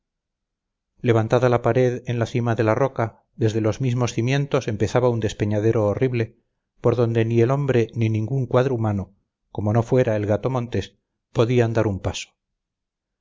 levantada la pared en la cima de la roca desde los mismos cimientos empezaba un despeñadero horrible por donde ni el hombre ni ningún cuadrumano como no fuera el gato montés podían dar un paso